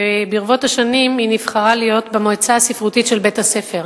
וברבות השנים היא נבחרה להיות במועצה הספרותית של בית-הספר.